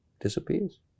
disappears